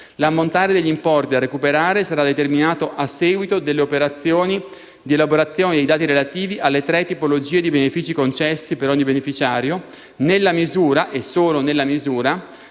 L'ammontare degli importi da recuperare sarà determinato a seguito delle operazioni di elaborazione dei dati relativi alle tre tipologie di benefici concessi per ogni beneficiario nella sola misura